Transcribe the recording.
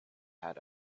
had